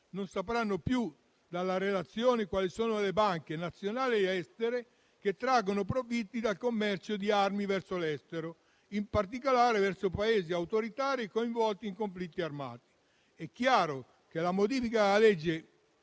non sapranno più dalla relazione quali sono le banche nazionali e estere che traggono profitti dal commercio di armi verso l'estero, in particolare verso Paesi autoritari coinvolti in conflitti armati. È chiaro che la modifica alla legge